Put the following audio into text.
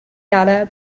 data